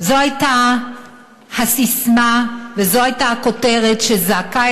זו הייתה הססמה וזו הייתה הכותרת שזעקה